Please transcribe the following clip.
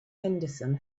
henderson